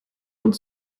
und